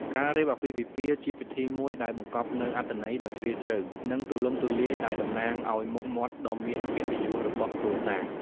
ការរៀបអាពាហ៍ពិពាហ៍ ជាពិធីមួយដែលបង្កប់នូវអត្ថន័យដ៏ជ្រាលជ្រៅ និងទូលំទូលាយដែលតំណាងឲ្យមុខមាត់ដ៏មានកិត្តិយសរបស់គ្រួសារ។